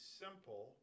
simple